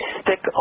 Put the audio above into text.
stick